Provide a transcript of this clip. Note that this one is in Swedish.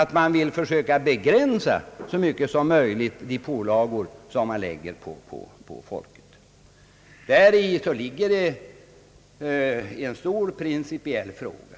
så mycket som möjligt försöka begränsa de pålagor som läggs på folket. Här gäller det alltså en stor principiell fråga.